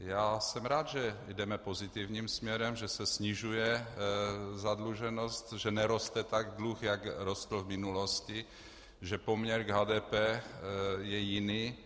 Já jsem rád, že jdeme pozitivním směrem, že se snižuje zadluženost, že neroste tak dluh, jak rostl v minulosti, že poměr k HDP je jiný.